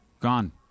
Gone